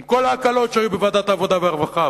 עם כל ההקלות שהיו בוועדת העבודה והרווחה,